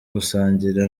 gusangira